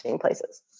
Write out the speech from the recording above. places